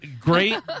great